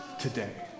today